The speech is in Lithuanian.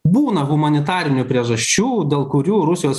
būna humanitarinių priežasčių dėl kurių rusijos